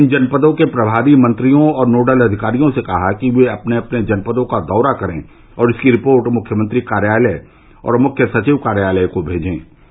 उन्होंने इन जनपदों के प्रभारी मंत्रियों और नोडल अधिकारियों से कहा कि वे अपने अपने जनपदों का दौरा करे और उसकी रिपोर्ट मुख्यमंत्री कार्यालय और मुख्य सचिव कार्यालय को भेजे